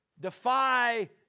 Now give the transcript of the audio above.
defy